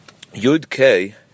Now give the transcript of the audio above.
Yud-K